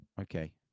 Okay